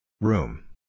Room